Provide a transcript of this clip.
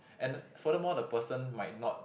and furthermore the person might not